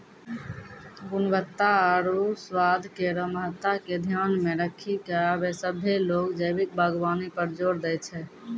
गुणवत्ता आरु स्वाद केरो महत्ता के ध्यान मे रखी क आबे सभ्भे लोग जैविक बागबानी पर जोर दै छै